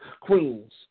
queens